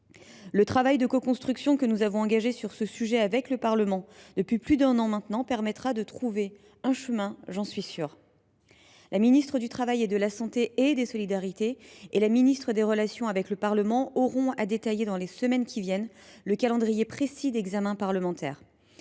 Le travail de coconstruction que nous avons engagé sur ce sujet avec le Parlement depuis plus d’un an permettra de trouver un chemin – j’en suis certaine. La ministre du travail, de la santé et des solidarités ainsi que la ministre des relations avec le Parlement détailleront dans les semaines qui viennent le calendrier précis de l’examen parlementaire.